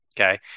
Okay